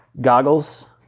goggles